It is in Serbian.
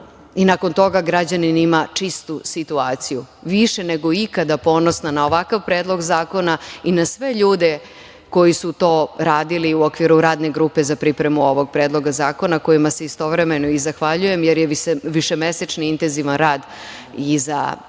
i nakon toga građanin ima čistu situaciju. Više nego ikada, ponosna na ovakav Predlog zakona i na sve ljude koji su to radili u okviru Radne grupe za pripremu ovog Predloga zakona, kojima se istovremeno i zahvaljujem, jer je višemesečni intenzivan rada iza nas. Hvala